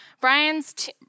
Brian's